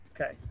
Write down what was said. Okay